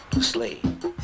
slave